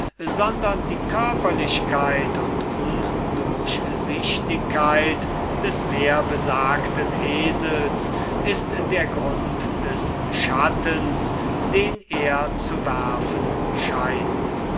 sondern die körperlichkeit und undurchsichtigkeit des mehrbesagten esels ist der grund des schattens den er zu werfen scheint